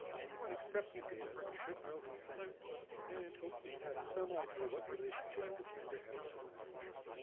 anyone accepting data should know who sent it and hopefully have some idea what relationship the sender has to the publisher.